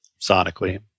sonically